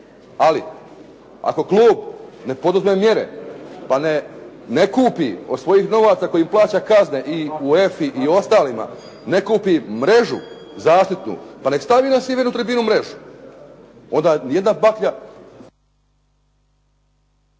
Ali ako klub ne poduzme mjere pa ne kupi od svojih novaca kojim plaća kazne i UEFA-i i ostalima, ne kupi mrežu zaštitnu, pa neka stavi na sjevernu tribinu mrežu onda jedna baklja.